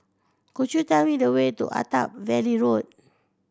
could you tell me the way to Attap Valley Road